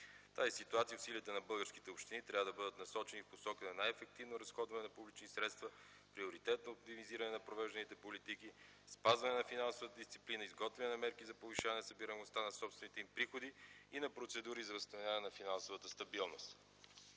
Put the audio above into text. тази ситуация усилията на българските общини трябва да бъдат насочени в посока на най-ефективно разходване на публични средства, приоритетно организиране на провежданите политики, спазване на финансовата дисциплина, изготвяне на мерки за повишаване събираемостта на собствените им приходи и на процедури за възстановяване на финансовата стабилност.